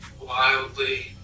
wildly